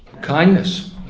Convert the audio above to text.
Kindness